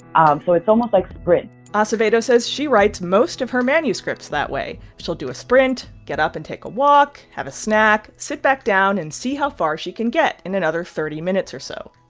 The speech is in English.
um so it's almost like sprints acevedo says she writes most of her manuscripts that way. she'll do a sprint, get up and take a walk, have a snack, sit back down and see how far she can get in another thirty minutes or so.